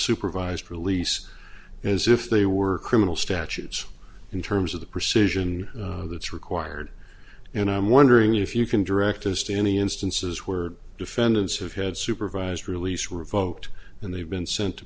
supervised release as if they were criminal statutes in terms of the precision that's required and i'm wondering if you can direct us to any instances where defendants have had supervised release revoked and they've been